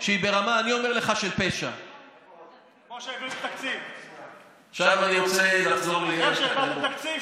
אני לא אישרתי 15 מיליארד שקלים שמחכים עכשיו לעזור לעסקים.